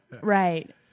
Right